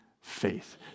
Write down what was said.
faith